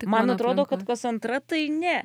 man atrodo kad kas antra tai ne